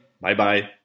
Bye-bye